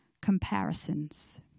comparisons